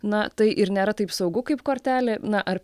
na tai ir nėra taip saugu kaip kortelė na ar